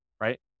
right